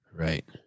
Right